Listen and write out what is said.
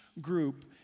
group